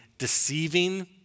Deceiving